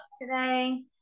today